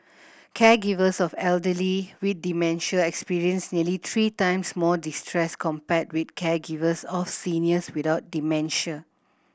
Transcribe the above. caregivers of elderly with dementia experienced nearly three times more distress compared with caregivers of seniors without dementia